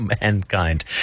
mankind